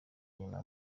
nyuma